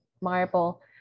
marble